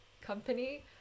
company